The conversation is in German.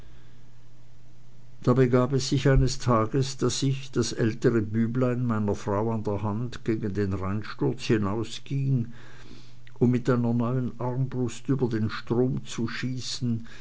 da begab es sich eines tages daß ich das ältere büblein meiner frau an der hand gegen den rheinsturz hinausging um mit einer neuen armbrust über den strom zu schießen